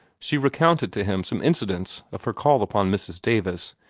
she recounted to him some incidents of her call upon mrs. davis,